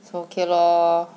so okay lor